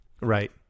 Right